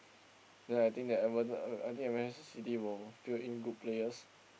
ya I think that Everton I think Manchester-City will fill in good players